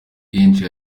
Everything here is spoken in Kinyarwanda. kenshi